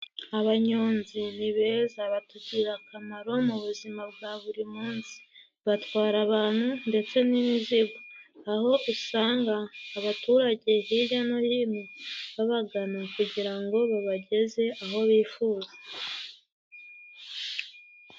Abanyonzi ni beza batugirira akamaro mu buzima bwa buri munsi, batwara abantu ndetse n'imizigo, aho usanga abaturage hirya no hino babagana kugira ngo babageze aho bifuza.